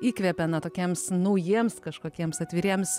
įkvepia na tokiems naujiems kažkokiems atviriems